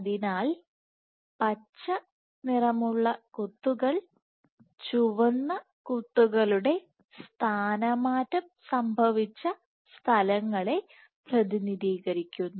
അതിനാൽ പച്ച കുത്തുകൾ ചുവന്ന കുത്തുകളുടെ സ്ഥാനമാറ്റം സംഭവിച്ച സ്ഥലങ്ങളെ പ്രതിനിധീകരിക്കുന്നു